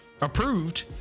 approved